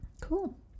cool